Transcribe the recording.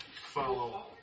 follow